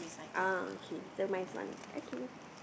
ah okay so nice one okay